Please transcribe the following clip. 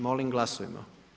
Molim glasujmo.